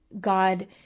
God